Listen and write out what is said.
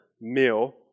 meal